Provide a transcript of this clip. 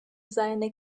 seine